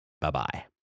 Bye-bye